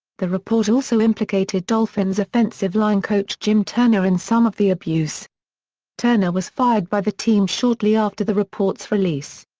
the report also implicated dolphins offensive line coach jim turner in some of the abuse turner was fired by the team shortly after the report's release.